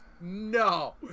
No